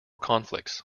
conflicts